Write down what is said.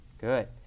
Good